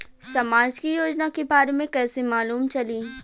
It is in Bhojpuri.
समाज के योजना के बारे में कैसे मालूम चली?